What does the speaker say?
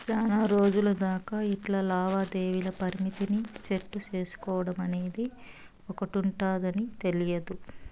సేనారోజులు దాకా ఇట్లా లావాదేవీల పరిమితిని సెట్టు సేసుకోడమనేది ఒకటుందని తెల్వదు